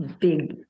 big